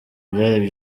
byari